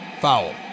Foul